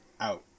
out